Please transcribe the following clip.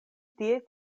tie